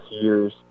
years